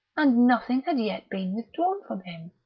and nothing had yet been withdrawn from him,